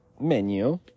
menu